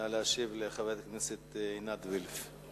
נא להשיב לחברת הכנסת עינת וילף.